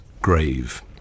grave